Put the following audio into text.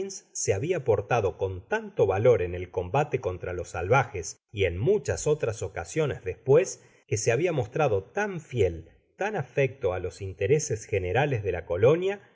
se habia portado con tanto valor en el combate contra los salvajes y en muchas otras ocasiones despues que se habia mostrado tan fiel tan afecto á los intereses generales áe la colonia